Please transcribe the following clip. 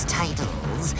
titles